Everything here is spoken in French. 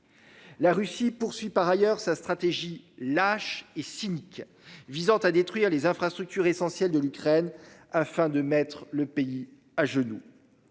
La Russie poursuit par ailleurs sa stratégie lâche et cynique visant à détruire les infrastructures essentielles de l'Ukraine afin de mettre le pays à genoux.